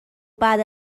بعد